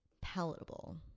palatable